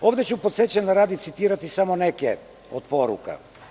Ovde ću, podsećanja radi, citirati samo neke od poruka.